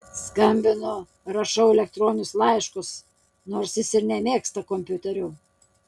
skambinu rašau elektroninius laiškus nors jis ir nemėgsta kompiuterių